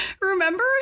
remember